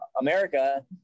America